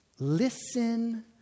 Listen